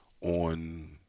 on